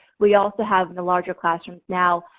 we also have the larger classrooms now,